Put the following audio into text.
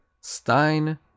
Stein